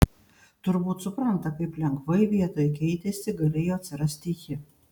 turbūt supranta kaip lengvai vietoj keitėsi galėjo atsirasti ji